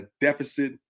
deficit